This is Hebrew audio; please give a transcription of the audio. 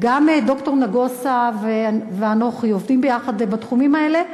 ד"ר נגוסה ואנוכי עובדים ביחד בתחומים האלה,